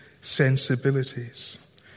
sensibilities